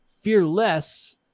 fearless